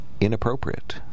inappropriate